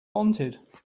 wanted